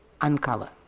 uncover